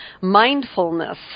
mindfulness